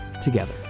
together